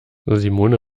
simone